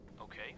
Okay